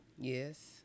Yes